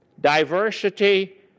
diversity